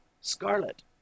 Scarlet